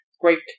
great